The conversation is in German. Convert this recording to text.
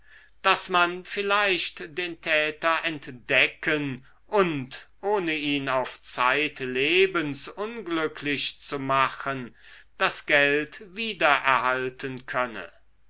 daß man vielleicht den täter entdecken und ohne ihn auf zeitlebens unglücklich zu machen das geld wiedererhalten könne